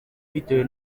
bitewe